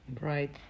right